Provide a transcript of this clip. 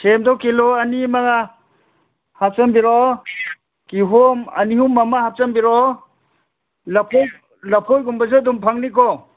ꯁꯦꯝꯗꯣ ꯀꯤꯂꯣ ꯑꯅꯤ ꯑꯃꯒ ꯍꯥꯞꯆꯟꯕꯤꯔꯛꯑꯣ ꯀꯤꯍꯣꯝ ꯑꯅꯤ ꯑꯍꯨꯝ ꯑꯃ ꯍꯥꯞꯆꯟꯕꯤꯔꯛꯑꯣ ꯂꯐꯣꯏꯒꯨꯝꯕꯁꯨ ꯑꯗꯨꯝ ꯐꯪꯅꯤꯀꯣ